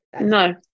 No